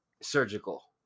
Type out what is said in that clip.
surgical